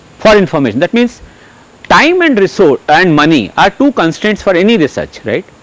for information that means time and resource and money are two constraints for any research right,